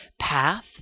path